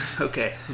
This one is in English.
okay